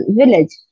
village